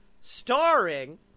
starring